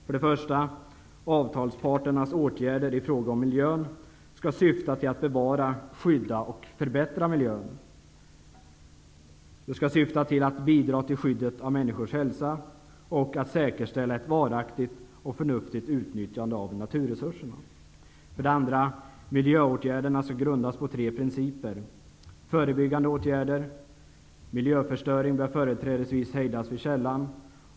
För det första: Avtalsparternas åtgärder i fråga om miljön skall syfta till att bevara, skydda och förbättra miljön. De skall syfta till att bidra till skyddet av människors hälsa och de skall syfta till att säkerställa ett varaktigt och förnuftigt utnyttjande av naturresurserna. För det andra: Miljöåtgärderna skall grundas på tre principer. Den första är förebyggande åtgärder. Den andra är att miljöförstöring företrädesvis bör hejdas vid källan.